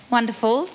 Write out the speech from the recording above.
Wonderful